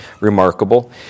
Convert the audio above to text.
remarkable